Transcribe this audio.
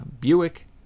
Buick